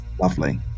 Lovely